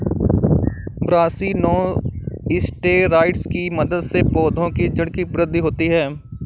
brassinosteroids की मदद से पौधों की जड़ की वृद्धि होती है